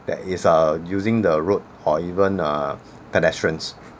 that is uh using the road or even uh pedestrians